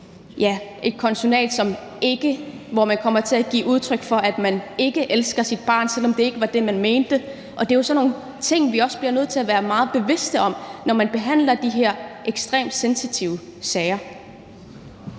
til at sige ikke, så man kommer til at give udtryk for, at man ikke elsker sit barn, selv om det ikke var det, man mente. Det er jo sådan nogle ting, vi bliver nødt til at være meget bevidste om, når man behandler de her ekstremt sensitive sager.